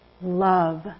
love